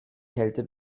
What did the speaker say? kälte